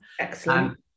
excellent